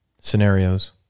scenarios